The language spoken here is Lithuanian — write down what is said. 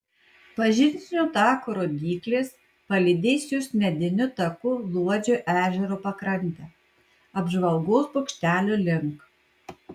pažintinio tako rodyklės palydės jus mediniu taku luodžio ežero pakrante apžvalgos bokštelio link